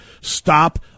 stop